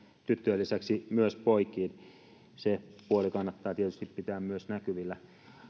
tyttöjen lisäksi myös poikiin se huoli kannattaa tietysti pitää myös näkyvillä